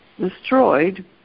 destroyed